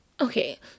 Okay